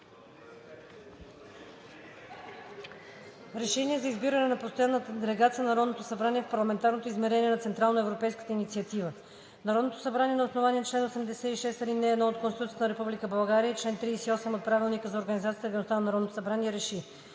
РЕШЕНИЕ за избиране на постоянна делегация на Народното събрание в Парламентарното измерение на Централноевропейската инициатива Народното събрание на основание чл. 86, ал. 1 от Конституцията на Република България и чл. 38 от Правилника за организацията и дейността на Народното събрание